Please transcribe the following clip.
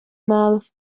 mouth